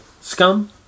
scum